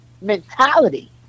mentality